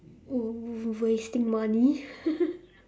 w~ wasting money